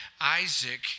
Isaac